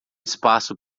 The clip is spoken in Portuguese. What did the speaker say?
espaço